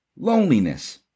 Loneliness